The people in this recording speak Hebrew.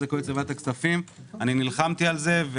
הקואליציה בוועדת הכספים נלחמתי על זה.